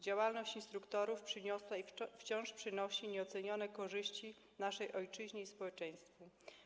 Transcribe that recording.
Działalność instruktorów przyniosła i wciąż przynosi nieocenione korzyści naszej ojczyźnie i społeczeństwu.